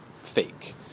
fake